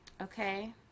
okay